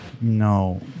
No